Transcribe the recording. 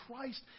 Christ